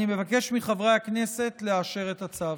אני מבקש מחברי הכנסת לאשר את הצו.